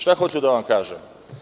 Šta hoću da vam kažem?